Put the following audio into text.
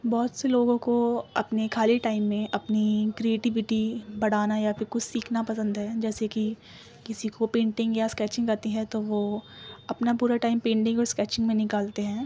بہت سے لوگوں کو اپنے خالی ٹائم میں اپنی کرئیٹوٹی بڑھانا یا پھر کچھ سیکھنا پسند ہے جیسے کہ کسی کو پینٹنگ یا اسکیچنگ آتی ہے تو وہ اپنا پورا ٹائم پینٹنگ اور اسکیچنگ میں نکالتے ہیں